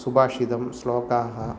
सुभाषितं श्लोकाः